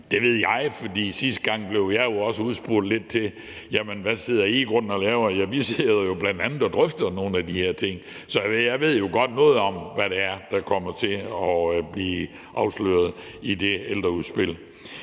det ved jeg, fordi jeg sidste gang også blev udspurgt lidt om, hvad vi i grunden sidder og laver. Ja, vi sidder jo bl.a. og drøfter nogle af de her ting. Så jeg ved jo godt noget om, hvad det er, der kommer til at blive afsløret i det ældreudspil.